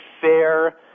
fair